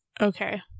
okay